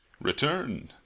Return